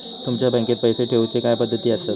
तुमच्या बँकेत पैसे ठेऊचे काय पद्धती आसत?